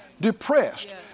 depressed